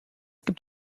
gibt